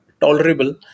tolerable